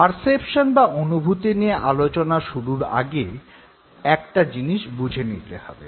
perception বা অনুভূতি নিয়ে আলোচনা শুরুর আগে একটা জিনিস বুঝে নিতে হবে